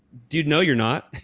dude, no you're not.